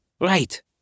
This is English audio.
Right